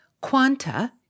Quanta